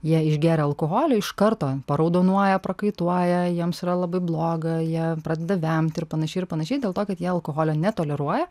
jie išgėrę alkoholio iš karto paraudonuoja prakaituoja jiems yra labai bloga jie pradeda vemti ir panašiai ir panašiai dėl to kad jie alkoholio netoleruoja